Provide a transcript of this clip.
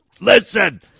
Listen